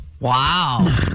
Wow